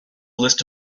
list